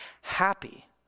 happy